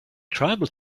tribal